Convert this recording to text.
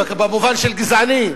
במובן של גזעני.